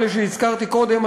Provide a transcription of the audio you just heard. אלה שהזכרתי קודם,